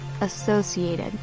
associated